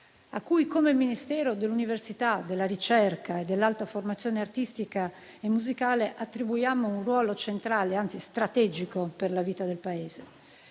a cui come Ministero dell'università, della ricerca e dell'alta formazione artistica e musicale attribuiamo un ruolo centrale, anzi strategico per la vita del Paese.